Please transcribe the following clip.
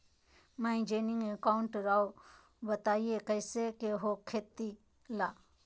Managing account राव बताएं कैसे के हो खेती ला?